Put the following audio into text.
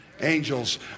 Angels